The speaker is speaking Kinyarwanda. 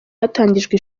hatangijwe